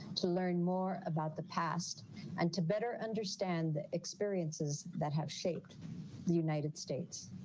to learn more about the past and to better understand the experiences that have shaped the united states.